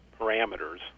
parameters